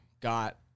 got